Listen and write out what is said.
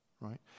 right